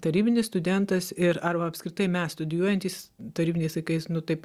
tarybinis studentas ir arba apskritai mes studijuojantys tarybiniais laikais nu taip